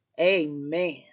Amen